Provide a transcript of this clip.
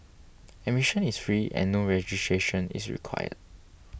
admission is free and no registration is required